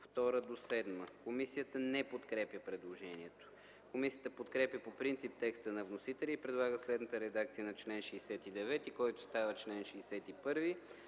2 до 7. Комисията не подкрепя предложението. Комисията подкрепя по принцип текста на вносителя и предлага следната редакция на чл. 69, който става чл. 61: